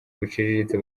buciriritse